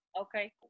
Okay